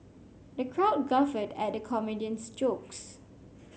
the crowd guffawed at the comedian's jokes